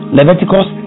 Leviticus